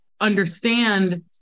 understand